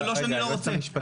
לא שאני לא רוצה,